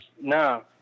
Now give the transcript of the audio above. No